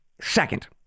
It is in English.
Second